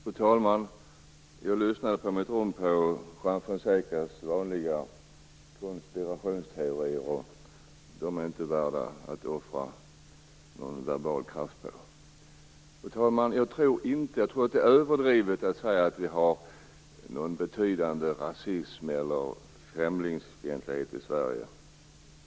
Fru talman! Jag lyssnade på mitt rum till Juan Fonsecas vanliga konspirationsteorier. De är inte värda att offra någon verbal kraft på. Jag tror att det är överdrivet att säga att vi har någon betydande rasism eller främlingsfientlighet i Sverige.